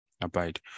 Abide